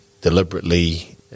deliberately